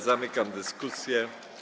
Zamykam dyskusję.